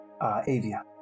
Avia